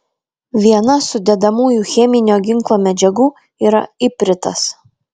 viena sudedamųjų cheminio ginklo medžiagų yra ipritas